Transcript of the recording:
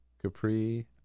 Capri